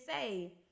say